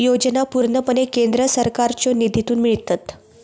योजना पूर्णपणे केंद्र सरकारच्यो निधीतून मिळतत